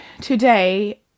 today